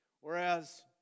whereas